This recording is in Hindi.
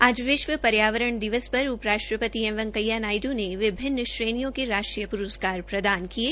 आज विश्व पर्यटन दिवस पर उप राष्ट्रपति एम वैकेंया नायडू ने विभिन्न श्रेणियों के राष्ट्रीय प्रस्कार प्रदान किये